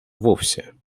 вовсе